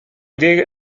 idee